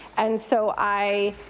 and so i